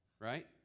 right